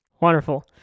wonderful